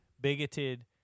bigoted